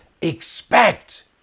Expect